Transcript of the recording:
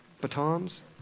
Batons